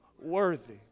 worthy